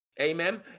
Amen